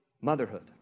motherhood